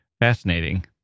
fascinating